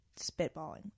spitballing